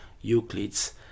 Euclid's